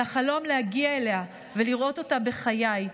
על החלום להגיע אליה ולראות אותה בחיי.